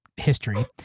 history